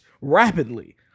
rapidly